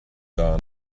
gone